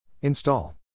Install